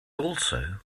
also